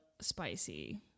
spicy